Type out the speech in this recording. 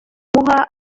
muha